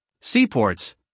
seaports